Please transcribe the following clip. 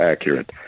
accurate